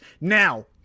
now